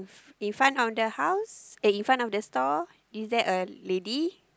in front of the house eh in front of the stall is there a lady